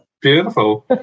Beautiful